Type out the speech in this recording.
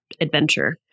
adventure